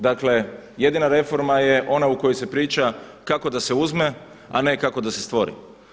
Dakle jedina reforma je ona u kojoj se priča kako da se uzme, a ne kako da se stvori.